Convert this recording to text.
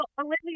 Olivia